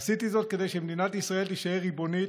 עשיתי זאת כדי שמדינת ישראל תישאר ריבונית,